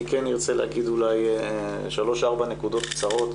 אני כן ארצה להגיד אולי שלוש, ארבע נקודות קצרות.